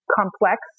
complex